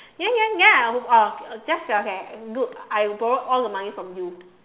then then then I oh just okay good I borrow all the money from you